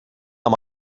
amb